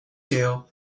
deal